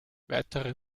weitere